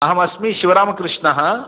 अहम् अस्मि शिवरामकृष्णः